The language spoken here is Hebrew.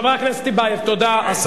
חבר הכנסת טיבייב, תודה.